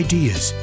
Ideas